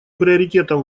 приоритетом